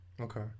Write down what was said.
Okay